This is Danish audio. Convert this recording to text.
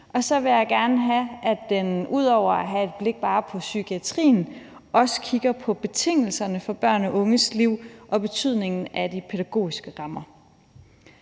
og så vil jeg gerne have, at den ud over at have et blik bare på psykiatrien også kigger på betingelserne for børn og unges liv og betydningen af de pædagogiske rammer.